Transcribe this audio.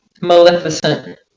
Maleficent